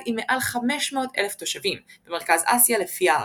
עם מעל 500,000 תושבים במרכז אסיה לפי הערכות.